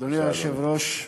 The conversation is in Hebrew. אדוני היושב-ראש,